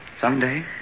Someday